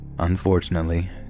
Unfortunately